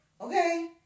okay